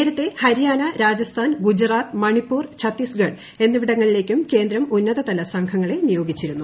നേരത്തെ ഹരിയാന രാജസ്ഥാൻ ഗുജറാത്ത് മണിപ്പൂർ ഛത്തീസ്ഗഡ് എന്നിവിടങ്ങളിലേക്കും കേന്ദ്രം ഉന്നതത്ല സംഘങ്ങളെ നിയോഗിച്ചിരുന്നു